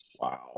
Wow